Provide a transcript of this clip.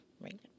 right